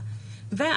להליך.